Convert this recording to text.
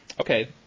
okay